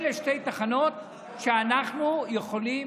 אלו שתי תחנות שאנחנו יכולים,